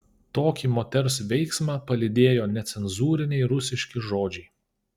tokį moters veiksmą palydėjo necenzūriniai rusiški žodžiai